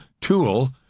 tool